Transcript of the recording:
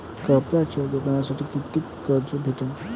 कापडाच्या दुकानासाठी कितीक कर्ज भेटन?